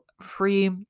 free